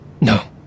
No